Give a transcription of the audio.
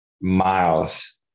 miles